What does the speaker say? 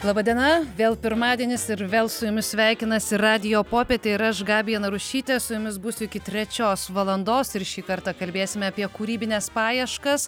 laba diena vėl pirmadienis ir vėl su jumis sveikinasi radijo popietė ir aš gabija narušytė su jumis būsiu iki trečios valandos ir šį kartą kalbėsime apie kūrybines paieškas